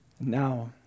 Now